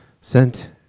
sent